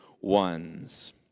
ones